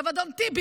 עכשיו, אדון טיבי,